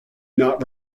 not